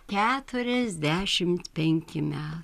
keturiasdešimt penki me